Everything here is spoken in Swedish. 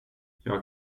jag